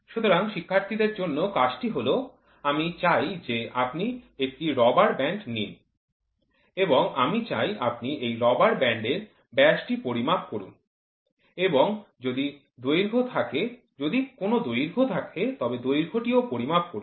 সুতরাং শিক্ষার্থীদের জন্য কাজটি হল আমি চাই যে আপনি একটি রাবার ব্যান্ড নিন এবং আমি চাই আপনি এই রাবার ব্যান্ডের ব্যাসটি পরিমাপ করুন এবং যদি দৈর্ঘ্য থাকে যদি কোনো দৈর্ঘ্য থাকে তবে দৈর্ঘ্যটিও পরিমাপ করুন